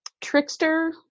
trickster